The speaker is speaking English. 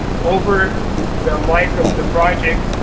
over the life of the project,